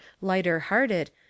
lighter-hearted